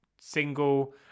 single